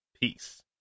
Peace